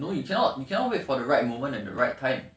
no you cannot you cannot wait for the right moment at the right time